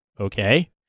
okay